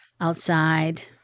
outside